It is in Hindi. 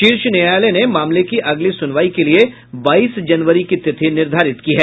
शीर्ष न्यायालय ने मामले की अगली सुनवाई के लिए बाईस जनवरी की तिथि निर्धारित की है